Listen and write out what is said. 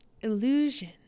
Illusion